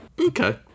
Okay